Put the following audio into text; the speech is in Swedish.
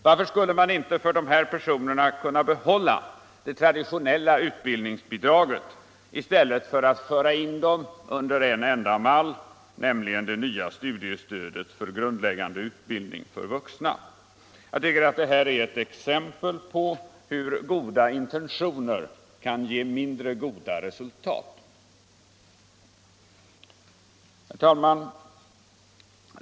Varför skulle man inte för dessa personer kunna behålla det traditionella utbildningsbidraget i stället för att föra in dem under en mall, nämligen det nya studiestödet för grundläggande utbildning för vuxna? Jag tycker att detta är ett exempel på hur goda intentioner kan ge mindre goda resultat.